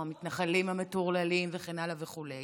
או המתנחלים המטורללים וכן הלאה וכו'.